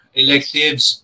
electives